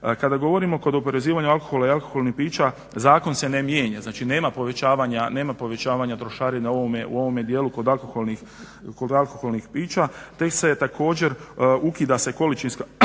Kada govorimo kod oporezivanja alkohola i alkoholnih pića zakon se ne mijenja, znači nema povećavanja trošarina u ovome dijelu kod alkoholnih pića te se također ukida količinska